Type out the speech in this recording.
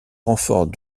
renfort